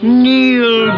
kneel